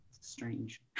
strange